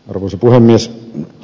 arvoisa puhemies